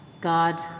god